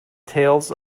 tales